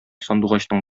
сандугачның